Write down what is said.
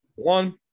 One